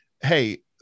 Hey